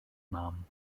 mam